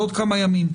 זה עוד כמה ימים,